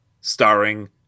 starring